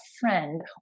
friend